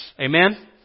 Amen